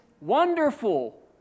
wonderful